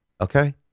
okay